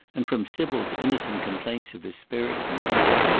and from sybil's innocent complaints of his spirits and temper,